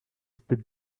spit